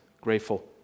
grateful